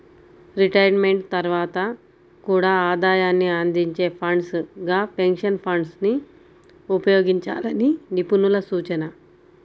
retirement తర్వాత కూడా ఆదాయాన్ని అందించే ఫండ్స్ గా పెన్షన్ ఫండ్స్ ని ఉపయోగించాలని నిపుణుల సూచన